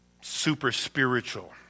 super-spiritual